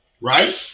Right